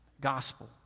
gospel